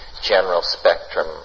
general-spectrum